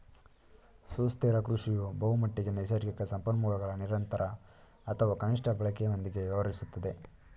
ಸುಸ್ಥಿರ ಕೃಷಿಯು ಬಹುಮಟ್ಟಿಗೆ ನೈಸರ್ಗಿಕ ಸಂಪನ್ಮೂಲಗಳ ನಿರಂತರ ಅಥವಾ ಕನಿಷ್ಠ ಬಳಕೆಯೊಂದಿಗೆ ವ್ಯವಹರಿಸುತ್ತದೆ